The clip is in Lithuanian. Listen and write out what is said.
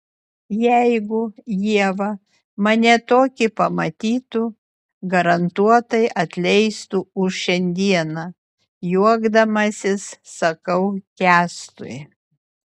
jeigu ieva mane tokį pamatytų garantuotai atleistų už šiandieną juokdamasis sakau kęstui